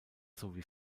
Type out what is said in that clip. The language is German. sowie